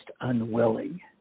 unwilling